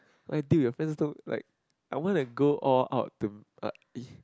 like dude you friends don't like I wanna go all out to uh ee